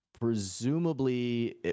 Presumably